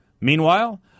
Meanwhile